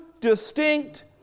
distinct